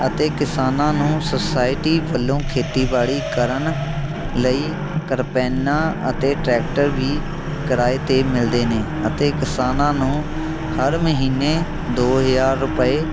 ਅਤੇ ਕਿਸਾਨਾਂ ਨੂੰ ਸੋਸਾਇਟੀ ਵੱਲੋਂ ਖੇਤੀਬਾੜੀ ਕਰਨ ਲਈ ਕਰਪੈਨਾ ਅਤੇ ਟਰੈਕਟਰ ਵੀ ਕਿਰਾਏ 'ਤੇ ਮਿਲਦੇ ਨੇ ਅਤੇ ਕਿਸਾਨਾਂ ਨੂੰ ਹਰ ਮਹੀਨੇ ਦੋ ਹਜ਼ਾਰ ਰੁਪਏ